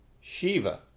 Shiva